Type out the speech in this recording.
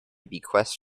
bequest